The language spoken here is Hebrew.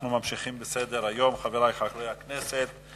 אנחנו ממשיכים בסדר-היום, חברי חברי הכנסת.